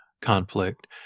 conflict